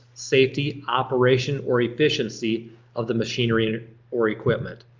safety, operation, or efficiency of the machinery and or or equipment.